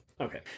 Okay